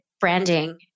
branding